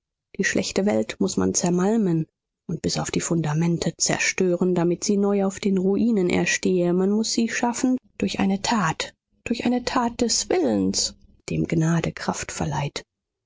die schlechte welt muß man zermalmen und bis auf die fundamente zerstören damit sie neu auf den ruinen erstehe man muß sie schaffen durch eine tat durch eine tat des willens dem gnade kraft verleiht